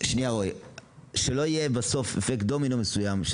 כדי שלא יהיה אפקט דומינו מסוים,